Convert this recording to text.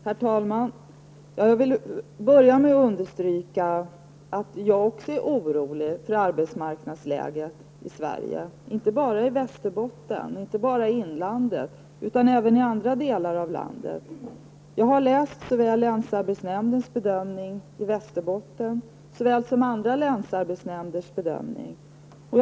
Herr talman! Jag vill börja med att understryka att jag också är orolig för arbetsmarknadsläget i Sverige, inte bara i Västerbotten eller i inlandet utan även i andra delar av landet. Jag har läst såväl den bedömning som länsarbetsnämnden i Västerbotten har gjort som andra länsarbetsnämnders bedömningar.